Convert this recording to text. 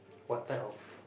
what type of